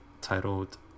titled